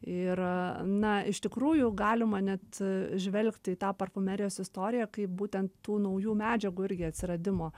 ir na iš tikrųjų galima net žvelgti į tą parfumerijos istoriją kaip būtent tų naujų medžiagų irgi atsiradimo